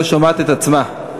לא שומעת את עצמה.